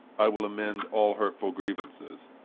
i will amend all hurtful grievances.